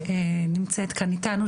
שנמצאת כאן אתנו,